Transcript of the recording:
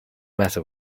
matter